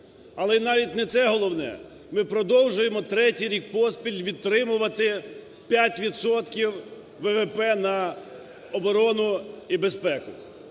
Але навіть не це головне. Ми продовжуємо третій рік поспіль підтримувати 5 відсотків ВВП на оборону і безпеку.